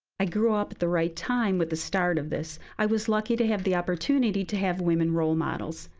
i grew up at the right time with the start of this. i was lucky to have the opportunity to have women role models.